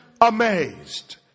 Amazed